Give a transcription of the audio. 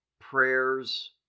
prayers